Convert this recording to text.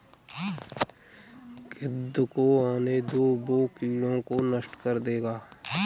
गिद्ध को आने दो, वो कीड़ों को नष्ट कर देगा